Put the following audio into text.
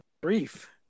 brief